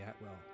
Atwell